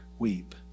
Weep